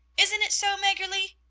isn't it so, maggerli?